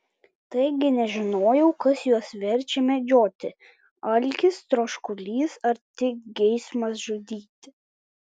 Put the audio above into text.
taigi nežinojau kas juos verčia medžioti alkis troškulys ar tik geismas žudyti